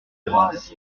grâce